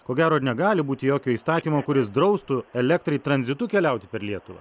ko gero ir negali būti jokio įstatymo kuris draustų elektrai tranzitu keliauti per lietuvą